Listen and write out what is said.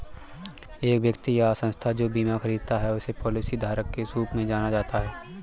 एक व्यक्ति या संस्था जो बीमा खरीदता है उसे पॉलिसीधारक के रूप में जाना जाता है